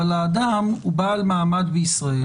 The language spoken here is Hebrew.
אבל האדם הוא בעל מעמד בישראל.